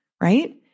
right